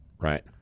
Right